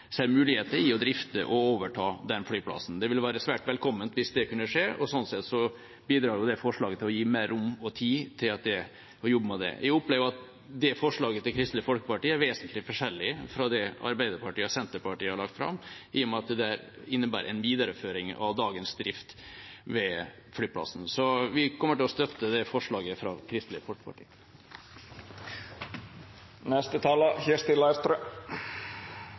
ser muligheter i å drifte eller overta den flyplassen. Det ville vært svært velkomment hvis det kunne skje, og slik sett bidrar det forslaget til å gi mer rom og tid til å jobbe med det. Jeg opplever at det forslaget til Kristelig Folkeparti er vesentlig forskjellig fra det Arbeiderpartiet og Senterpartiet har lagt fram, i og med at det innebærer en videreføring av dagens drift ved flyplassen. Så vi kommer til å støtte det forslaget